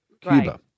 Cuba